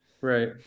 Right